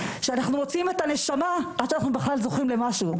שאנחנו מוציאים את הנשמה עד שאנחנו בכלל זוכים במשהו.